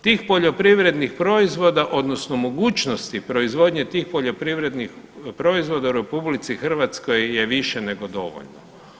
Tih poljoprivrednih proizvoda odnosno mogućnosti proizvodnje tih poljoprivrednih proizvoda u RH je više nego dovoljno.